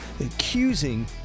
accusing